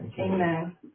Amen